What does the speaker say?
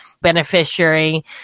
beneficiary